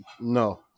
No